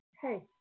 Hey